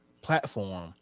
platform